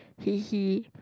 he he